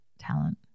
talent